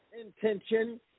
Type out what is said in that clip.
intention